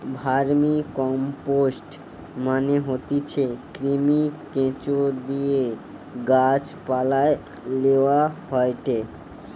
vermicompost মানে হতিছে কৃমি, কেঁচোদিয়ে গাছ পালায় লেওয়া হয়টে